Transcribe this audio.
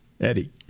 Eddie